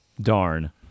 Darn